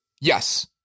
Yes